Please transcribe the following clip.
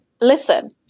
listen